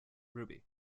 ruby